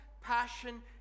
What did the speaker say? passion